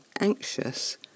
anxious